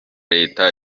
leta